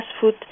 food